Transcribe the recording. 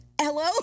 hello